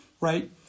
right